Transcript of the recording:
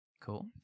Cool